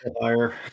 higher